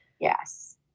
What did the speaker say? yes